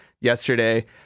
yesterday